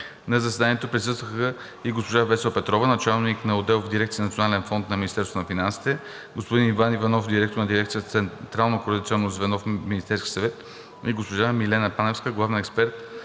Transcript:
На заседанието присъстваха и госпожа Весела Петрова – началник на отдел в дирекция „Национален фонд“ на Министерството на финансите, господин Иван Иванов – директор на дирекция „Централно координационно звено“ в Министерския съвет, и госпожа Милена Паневска – главен експерт